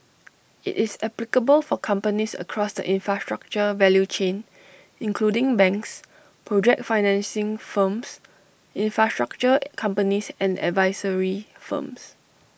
IT is applicable for companies across the infrastructure value chain including banks project financing firms infrastructure companies and advisory firms